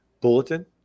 bulletin